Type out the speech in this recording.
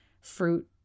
fruit